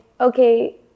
okay